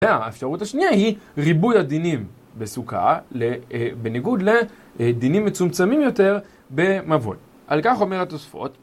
והאפשרות השנייה היא ריבוי הדינים בסוכה, בניגוד לדינים מצומצמים יותר במבוי. על כך אומר התוספות